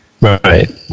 Right